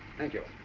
thank you.